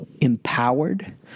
empowered